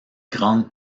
grande